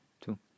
two